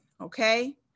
okay